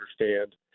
understand